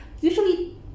usually